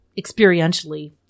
experientially